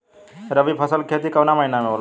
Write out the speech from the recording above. रवि फसल के खेती कवना महीना में होला?